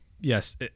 Yes